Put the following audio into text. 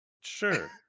Sure